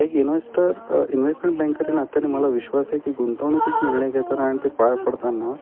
एक investor investment banker या नात्याने मला विश्वास आहे की गुंतवणुकीत निर्णय घेताना आणि ते पार पडताना